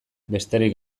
besterik